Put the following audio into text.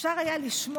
אפשר היה לשמוע,